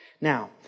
Now